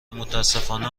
متاسفانه